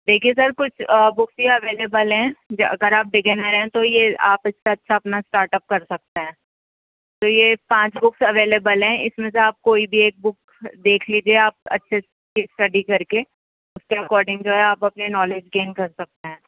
دیکھئے سر کچھ ہی بک اویلیبل ہیں اگر آپ بیگنر ہیں تو آپ اس سے اچھا اپنا اسٹارٹ اپ کر سکتے ہیں تو یہ پانچ بکس اویلیبل ہیں اس میں سے آپ کوئی بھی ایک بک دیکھ لیجئے آپ اچھے سے اسٹڈی کر کے اس کے اکارڈنگ جو ہے آپ اپنے نالج گین کر سکتے ہیں